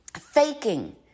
Faking